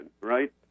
right